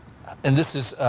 and this is